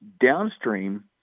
Downstream